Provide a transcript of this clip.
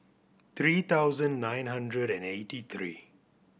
three thousand nine hundred and eighty three